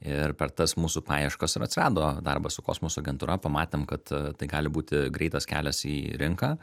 ir per tas mūsų paieškas ir atsirado darbas su kosmoso agentūra pamatėm kad tai gali būti greitas kelias į rinką